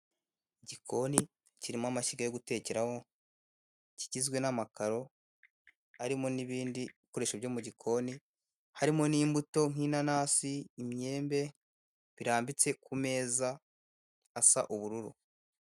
Igikoni kirimo amashyiga yo gutekeraho kigizwe n'amakaro arimo n'ibindi bikoresho byo mu gikoni harimo imbuto nk'inanasi, imyembe, birambitse ku meza asa ubururu.